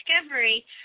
discovery